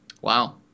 wow